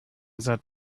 that